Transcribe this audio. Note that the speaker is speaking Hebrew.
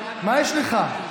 מה יש לך?